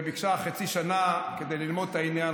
והיא ביקשה חצי שנה כדי ללמוד את העניין,